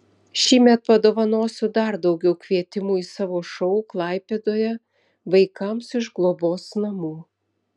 šįmet padovanosiu dar daugiau kvietimų į savo šou klaipėdoje vaikams iš globos namų